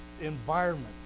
environment